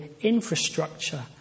infrastructure